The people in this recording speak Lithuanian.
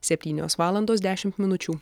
septynios valandos dešimt minučių